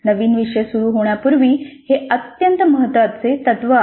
नवीन विषय सुरू होण्यापूर्वी हे अत्यंत महत्त्वाचे तत्व आहे